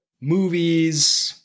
movies –